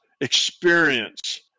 experience